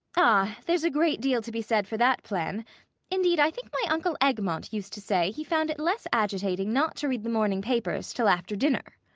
ah, there's a great deal to be said for that plan indeed i think my uncle egmont used to say he found it less agitating not to read the morning papers till after dinner,